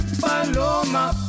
paloma